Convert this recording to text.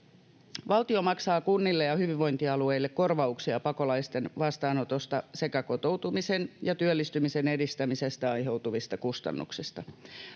Valtio maksaa kunnille ja hyvinvointialueille korvauksia pakolaisten vastaanotosta sekä kotoutumisen ja työllistymisen edistämisestä aiheutuvista kustannuksista.